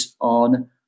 on